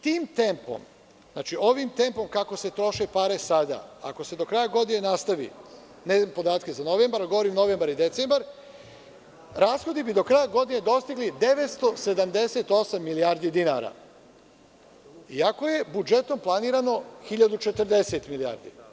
Tim tempom, ovim tempom kako se troše pare sada, ako se do kraja godine nastavi, govorim o novembru i decembru, rashodi bi do kraja godine dostigli 978 milijardi dinara, iako je budžetom planirano 1.040 milijardi.